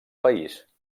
país